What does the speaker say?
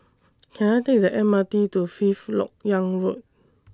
Can I Take The M R T to Fifth Lok Yang Road